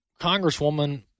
Congresswoman